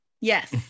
Yes